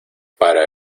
para